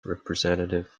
representative